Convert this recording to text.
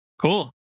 Cool